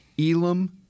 Elam